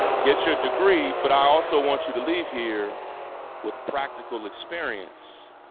get your degree but i also want you to leave here with practical experience.